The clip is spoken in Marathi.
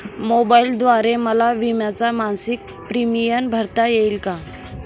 मोबाईलद्वारे मला विम्याचा मासिक प्रीमियम भरता येईल का?